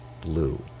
blue